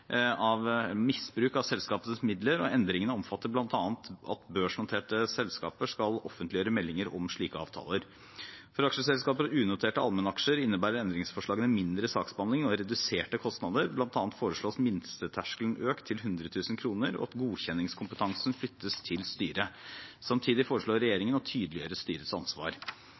misbruk av selskapets midler, og endringene omfatter bl.a. at børsnoterte selskaper skal offentliggjøre meldinger om slike avtaler. For aksjeselskaper og unoterte allmennaksjeselskaper innebærer endringsforslagene mindre saksbehandling og reduserte kostnader. Blant annet foreslås minsteterskelen økt til 100 000 kr og at godkjenningskompetansen flyttes til styret. Samtidig foreslår regjeringen å tydeliggjøre styrets ansvar.